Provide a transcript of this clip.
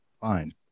fine